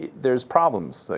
there's problems. like